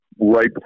right